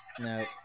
No